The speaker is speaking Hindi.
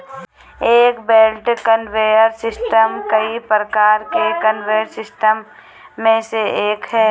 एक बेल्ट कन्वेयर सिस्टम कई प्रकार के कन्वेयर सिस्टम में से एक है